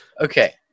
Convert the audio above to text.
Okay